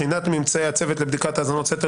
בחינת ממצאי הצוות לבדיקת האזנות סתר